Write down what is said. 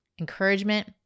encouragement